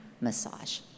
massage